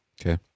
Okay